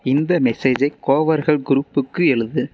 இந்த மெசேஜை கோவர்கள் குரூப்புக்கு எழுது